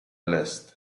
list